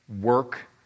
work